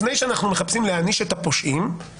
לפני שאנחנו מחפשים להעניש את הפושעים,